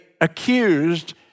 accused